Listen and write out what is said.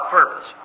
purpose